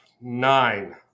nine